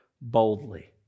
boldly